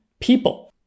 people